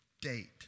date